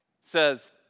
says